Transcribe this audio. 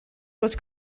was